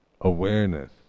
awareness